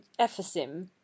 Ephesim